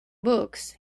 books